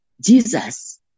Jesus